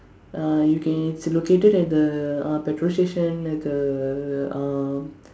uh you can it's located at the uh petrol station at the uh